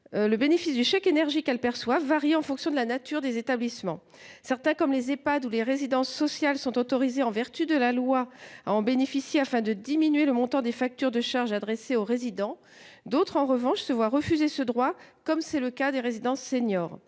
Le bénéfice du chèque énergie qu'elles perçoivent varier en fonction de la nature des établissements, certains comme les EPHAD ou les résidences sociales sont autorisés en vertu de la loi à en bénéficier. Afin de diminuer le montant des factures de charges adressé aux résidents d'autres en revanche se voient refuser ce droit comme c'est le cas des résidences seniors